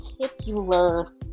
particular